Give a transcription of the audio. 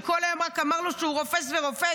שכל היום רק אמר לו שהוא רופס ורופס.